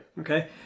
Okay